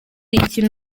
ikintu